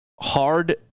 hard